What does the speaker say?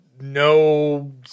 No